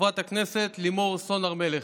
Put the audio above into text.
חברת הכנסת לימור סון הר מלך.